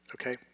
Okay